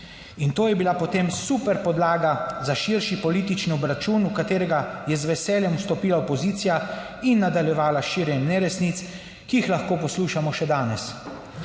in to je bila potem super podlaga za širši politični obračun, v katerega je z veseljem vstopila opozicija in nadaljevala s širjenjem neresnic, ki jih lahko poslušamo še danes,